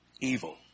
evil